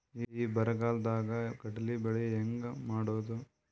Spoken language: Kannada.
ಈ ಬರಗಾಲದಾಗ ಕಡಲಿ ಬೆಳಿ ಹೆಂಗ ಮಾಡೊದು?